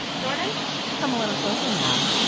jordan come a little closer, mal.